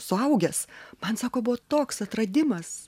suaugęs man sako buvo toks atradimas